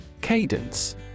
Cadence